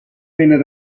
venne